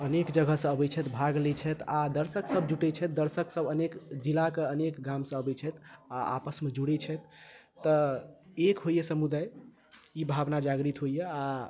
अनेक जगहसँ अबैत छथि भाग लैत छथि आ दर्शकसभ जुटैत छथि दर्शकसभ अनेक जिलाके अनेक गामसँ अबैत छथि आ आपसमे जुड़ैत छथि तऽ एक होइए समुदाय ई भावना जागृत होइए आ